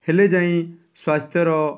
ହେଲେ ଯାଇ ସ୍ୱାସ୍ଥ୍ୟର